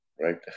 right